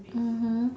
mmhmm